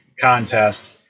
contest